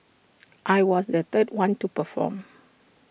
I was the third one to perform